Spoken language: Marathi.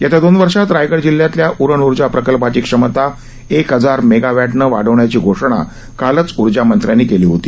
येत्या दोन वर्षात रायगड जिल्ह्यातल्या उरण ऊर्जा प्रकल्पाची क्षमता एक हजार मेगावॅटनं वाढवण्याची घोषणा कालच ऊर्जामंत्र्यांनी केली होती